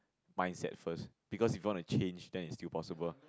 mindset first because if you want to change then it's still possible